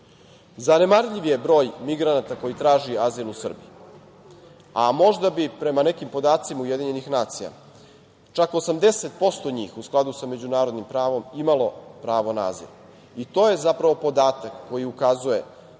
poredak. Zanemarljiv je broj migranata koji traži azil u Srbiji, a možda bi prema nekim podacima UN čak 80% njih u skladu sa međunarodnim pravom imalo pravo na azil. To je zapravo podatak koji ukazuje